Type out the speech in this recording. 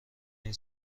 این